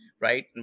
right